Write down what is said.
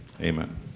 amen